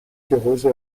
gehäuse